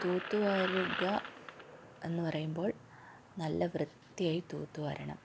തൂത്തുവാരുക എന്ന് പറയുമ്പോൾ നല്ല വൃത്തിയായി തൂത്തുവാരണം